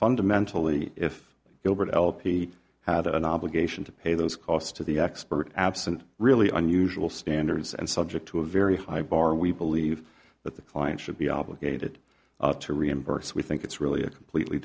fundamentally if gilbert elop he had an obligation to pay those costs to the expert absent really unusual standards and subject to a very high bar we believe that the client should be obligated to reimburse we think it's really a completely